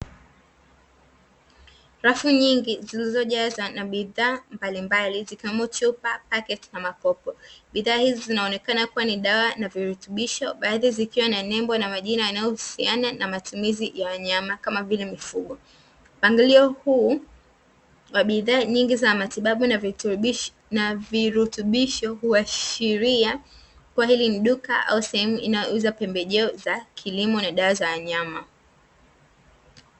Rafu nyingi zilizojazwa na bidhaa mbalimbali zikiwemo chuma, pakti na makopo, bidhaa hizi zinaonekana kuwa ni dawa na virutubisho. Baadhi zikiwa na nembo na majina yanayohusiana na matumizi ya wanyama kama vile mifugo. Mpangilio huu wa bidhaa nyingi za matibabu na virutubisho huashiria kuwa hili ni duka au sehemu inayouza pembejeo za kilimo na dawa za wanyama.